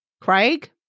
Craig